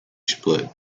split